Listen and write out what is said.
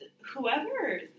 whoever